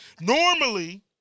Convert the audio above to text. Normally